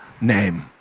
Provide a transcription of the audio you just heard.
name